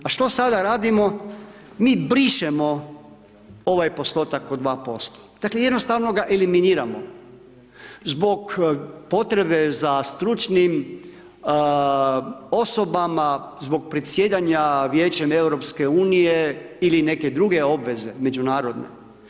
A što sada radimo mi brišemo ovaj postotak od 2%, dakle jednostavno ga eliminiramo, zbog potrebe za stručnim osobama zbog predsjedanja Vijećem EU ili neke druge obveze međunarodne.